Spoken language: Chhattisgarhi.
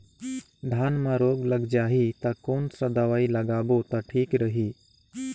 धान म रोग लग जाही ता कोन सा दवाई लगाबो ता ठीक रही?